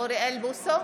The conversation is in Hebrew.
בוסו,